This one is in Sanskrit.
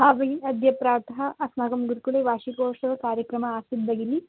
हा भगिनि अद्य प्रातः अस्माकं गुरुकुले वार्षिकोत्सवकार्यक्रमः आसीत् भगिनि